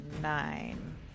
Nine